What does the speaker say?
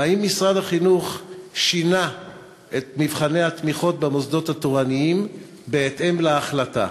האם משרד החינוך שינה את מבחני התמיכות במוסדות התורניים בהתאם להחלטה?